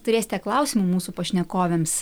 turėsite klausimų mūsų pašnekovėms